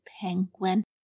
penguin